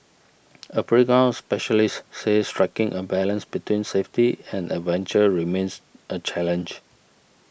a playground specialist said striking a balance between safety and adventure remains a challenge